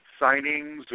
signings